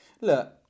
Look